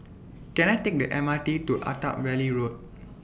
Can I Take The M R T to Attap Valley Road